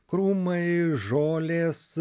krūmai žolės